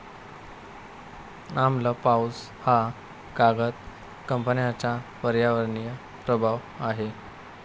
आम्ल पाऊस हा कागद कंपन्यांचा पर्यावरणीय प्रभाव आहे